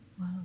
wow